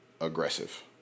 aggressive